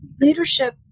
Leadership